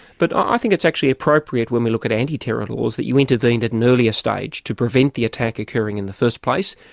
but i think it's actually appropriate when we look at anti-terror laws, that you intervened at an earlier stage to prevent the attack occurring in the first place,